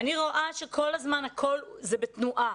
אני רואה שכל הזמן הכול זה בתנועה,